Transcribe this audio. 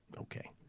Okay